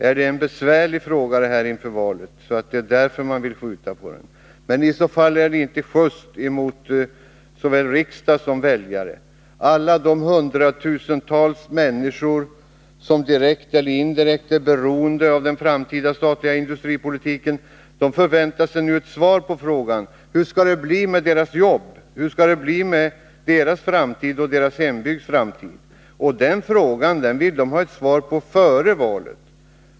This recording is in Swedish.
Är det här en så besvärlig fråga inför valet att ni måste skjuta på den? Det är i så fall inte just, varken mot riksdagen eller mot väljarna. Alla hundratusentals människor, som direkt eller indirekt är beroende av den framtida statliga industripolitiken, förväntar sig nu ett svar på frågan hur det skall bli med deras jobb, med deras egen och deras hembygds framtid. Den frågan vill de ha svar på före valet.